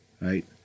right